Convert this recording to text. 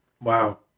wow